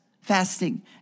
fasting